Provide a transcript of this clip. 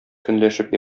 көнләшеп